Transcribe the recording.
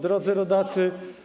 Drodzy Rodacy!